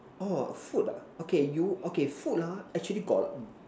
orh food ah okay you okay food ah actually got